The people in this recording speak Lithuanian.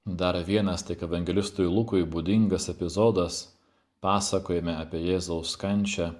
dar vienas tik evangelistui lukui būdingas epizodas pasakojime apie jėzaus kančią